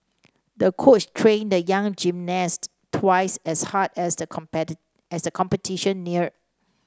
the coach trained the young gymnast twice as hard as the as the competition neared